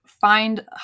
find